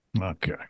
Okay